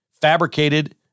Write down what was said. fabricated